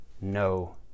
no